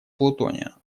плутония